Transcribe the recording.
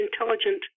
intelligent